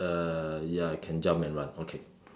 uh ya it can jump and run okay